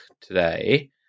today